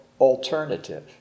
alternative